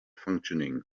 functioning